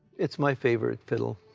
it's my favorite fiddle.